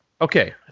Okay